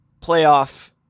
playoff